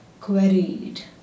queried